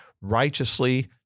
righteously